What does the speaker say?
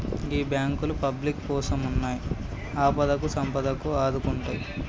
గీ బాంకులు పబ్లిక్ కోసమున్నయ్, ఆపదకు సంపదకు ఆదుకుంటయ్